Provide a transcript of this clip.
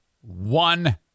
one